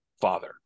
father